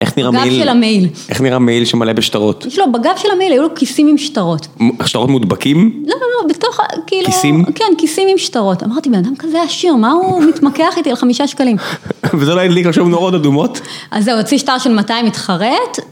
איך נראה מייל, איך נראה מייל שמלא בשטרות? בגב של המייל היו לו כיסים עם שטרות שטרות מודבקים? לא לא לא, בתוך כיסים עם שטרות אמרתי, בן אדם כזה עשיר, מה הוא מתמקח איתי על חמישה שקלים? וזו לא הייתה לי רשום נורות אדומות אז זה הוציא שטר של 200 מתחרת